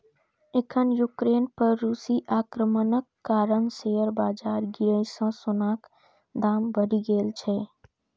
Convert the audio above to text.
एखन यूक्रेन पर रूसी आक्रमणक कारण शेयर बाजार गिरै सं सोनाक दाम बढ़ि गेल छै